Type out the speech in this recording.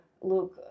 look